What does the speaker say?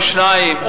או שניים,